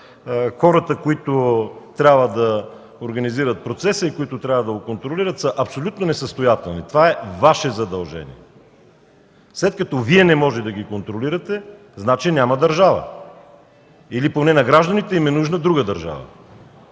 с хората, които трябва да организират процеса и които трябва да го контролират, са абсолютно несъстоятелни. Това е Ваше задължение. След като Вие не можете да ги контролирате, значи няма държава, или поне на гражданите им е нужна друга държава.